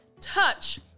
touch